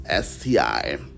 STI